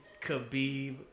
Khabib